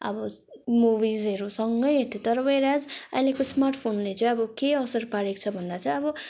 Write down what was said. अब मुभिजहरू सँगै हेर्थ्यो तर वेयर एज् अहिलेको स्मार्ट फोनले चाहिँ अब के असर पारेको छ भन्दा चाहिँ अब